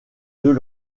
deux